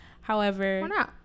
However-